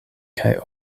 kaj